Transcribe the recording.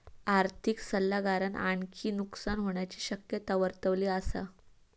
आर्थिक सल्लागारान आणखी नुकसान होण्याची शक्यता वर्तवली असा